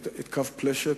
את קו פלשת,